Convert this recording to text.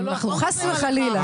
חס וחלילה.